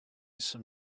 some